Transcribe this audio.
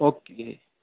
okay